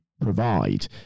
provide